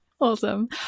awesome